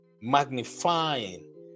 magnifying